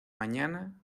mañana